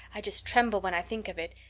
i just tremble when i think of it,